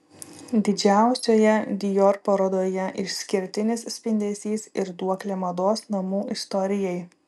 didžiausioje dior parodoje išskirtinis spindesys ir duoklė mados namų istorijai